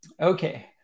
Okay